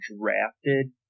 drafted